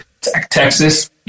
Texas